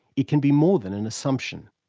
it can be more than an assumption.